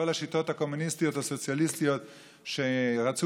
כל השיטות הקומוניסטיות והסוציאליסטיות שרצו